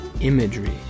imagery